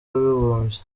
w’abibumbye